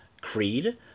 Creed